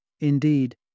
Indeed